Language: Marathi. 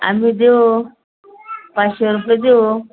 आम्ही देऊ पाचशे रुपये देऊ